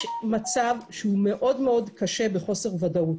יש מצב שהוא מאוד מאוד קשה בחוסר ודאות.